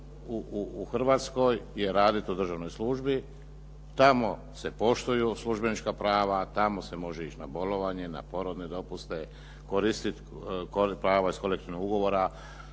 u Hrvatskoj je raditi u državnoj službi, tamo se poštuju službenička prava, tamo se može ići na bolovanje, na porodne dopuste, koristit prava iz kolektivnog ugovora,